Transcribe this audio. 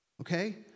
Okay